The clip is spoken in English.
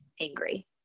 angry